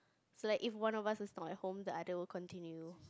so like if one of us is not at home the other will continue